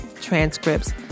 transcripts